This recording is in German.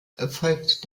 folgt